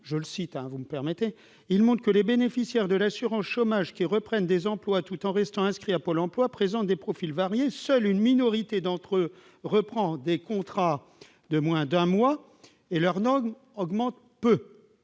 Le directeur de l'UNEDIC signale ainsi que « les bénéficiaires de l'assurance chômage qui reprennent des emplois tout en restant inscrits à Pôle emploi présentent des profils variés. Seule une minorité d'entre eux reprend des contrats de moins d'un mois et leur nombre augmente peu.